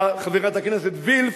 חברת הכנסת וילף,